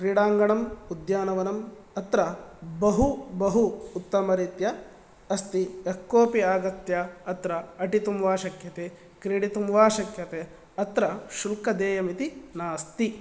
क्रीडाङ्गणम् उद्यानवनम् अत्र बहु बहु उत्तमरीत्या अस्ति यः कोपि आगत्य अत्र अटितुं वा शक्यते क्रीडितुं वा शक्यते अत्र शुल्कं देयम् इति नास्ति